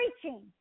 preaching